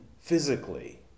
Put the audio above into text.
physically